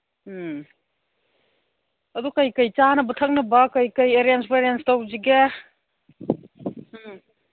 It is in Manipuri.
ꯎꯝ ꯑꯗꯨ ꯀꯩꯀꯩ ꯆꯥꯅꯕ ꯊꯛꯅꯕ ꯀꯩꯀꯩ ꯑꯦꯔꯦꯟꯁ ꯋꯦꯔꯦꯟꯁ ꯇꯧꯁꯤꯒꯦ ꯎꯝ